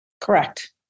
Correct